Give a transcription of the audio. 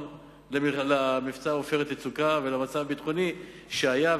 למבצע "עופרת יצוקה" ולמצב הביטחוני שהיה,